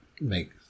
make